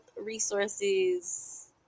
resources